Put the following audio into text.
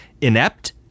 inept